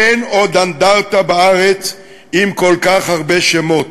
אין עוד אנדרטה בארץ עם כל כך הרבה שמות.